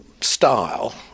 style